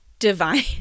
divine